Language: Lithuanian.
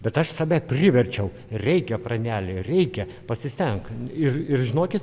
bet aš save priverčiau reikia pranelį reikia pasistenk ir ir žinokit